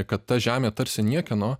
kad ta žemė tarsi niekieno